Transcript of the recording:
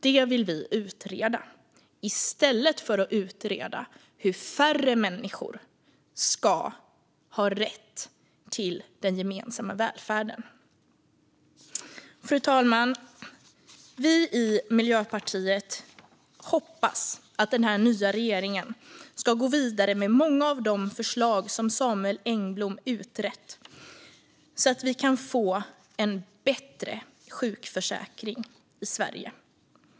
Det vill vi utreda i stället för hur färre människor ska ha rätt till den gemensamma välfärden. Fru talman! Vi i Miljöpartiet hoppas att den nya regeringen går vidare med många av de förslag som Samuel Engblom utrett så att sjukförsäkringen kan bli bättre i Sverige.